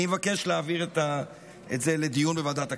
אני מבקש להעביר את זה לדיון בוועדת הכספים.